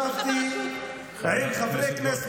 לפני כמה חודשים ישבתי עם חברי כנסת